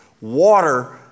water